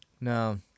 no